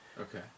Okay